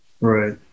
Right